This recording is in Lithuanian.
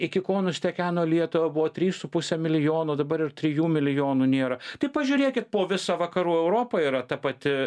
iki kol nustekeno lietuvą buvo trys su puse milijono dabar ir trijų milijonų nėra tik pažiūrėkit po viso vakarų europa yra ta pati